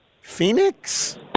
Phoenix –